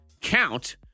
count